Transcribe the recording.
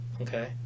Okay